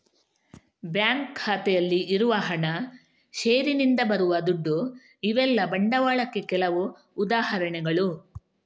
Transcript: bank ಖಾತೆಯಲ್ಲಿ ಇರುವ ಹಣ, ಷೇರಿನಿಂದ ಬರುವ ದುಡ್ಡು ಇವೆಲ್ಲ ಬಂಡವಾಳಕ್ಕೆ ಕೆಲವು ಉದಾಹರಣೆಗಳು